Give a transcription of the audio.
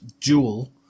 dual